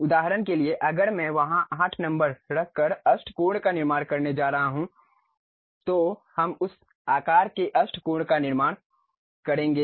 उदाहरण के लिए अगर मैं वहां 8 नंबर रखकर अष्टकोण का निर्माण करने जा रहा हूं तो हम उस आकार के अष्टकोण का निर्माण करेंगे